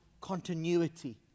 continuity